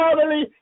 family